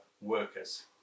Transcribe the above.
workers